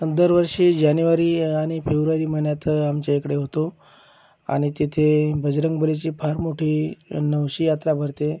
दरवर्षी जानेवारी आणि फेब्रुवारी महिन्यात आमच्या इकडे होतो आणि तिथे बजरंगबलीची फार मोठी नवशी यात्रा भरते